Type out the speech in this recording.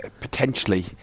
potentially